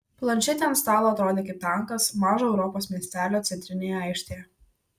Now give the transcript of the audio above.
planšetė ant stalo atrodė kaip tankas mažo europos miestelio centrinėje aikštėje